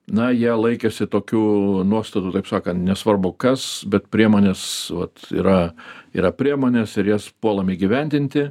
na jie laikėsi tokių nuostatų taip sakant nesvarbu kas bet priemonės vat yra yra priemonės ir jas puolam įgyvendinti